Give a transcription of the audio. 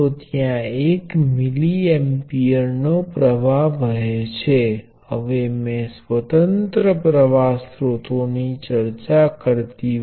તેથી ઇન્પુટ પ્રવાહ ને સમજવા માટે સર્કિટમાં ક્યાંક તેને મૂકી શકાય છે